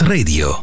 Radio